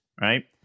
right